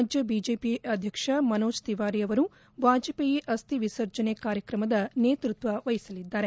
ರಾಜ್ಯ ಬಿಜೆಪಿ ಅಧ್ಯಕ್ಷ ಮನೋಜ್ ತಿವಾರಿ ಅವರು ವಾಜಪೇಯಿ ಅಸ್ದಿ ವಿಸರ್ಜನೆ ಕಾರ್ಯಕ್ರಮದ ನೇತೃತ್ವ ವಹಿಸಲಿದ್ದಾರೆ